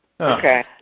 Okay